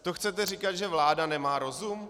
To chcete říkat, že vláda nemá rozum?